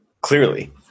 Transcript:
clearly